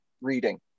reading